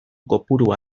kopurua